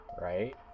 right